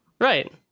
right